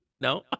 No